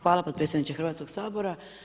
Hvala potpredsjedniče Hrvatskog sabora.